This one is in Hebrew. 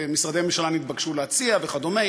ומשרדי הממשלה נתבקשו להציע וכדומה,